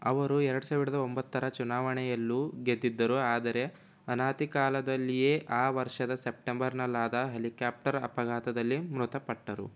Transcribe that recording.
ಅವರು ಎರಡು ಸಾವಿರದ ಒಂಬತ್ತರ ಚುನಾವಣೆಯಲ್ಲೂ ಗೆದ್ದಿದ್ದರು ಆದರೆ ಅನತಿಕಾಲದಲ್ಲಿಯೇ ಆ ವರ್ಷದ ಸೆಪ್ಟೆಂಬರ್ನಲ್ಲಾದ ಹೆಲಿಕ್ಯಾಪ್ಟರ್ ಅಪಘಾತದಲ್ಲಿ ಮೃತಪಟ್ಟರು